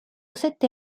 sette